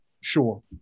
Sure